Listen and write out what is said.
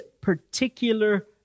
particular